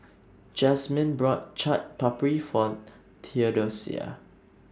Jasmine bought Chaat Papri For Theodosia